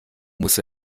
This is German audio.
muss